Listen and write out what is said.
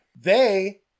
They-